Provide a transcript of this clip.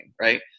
right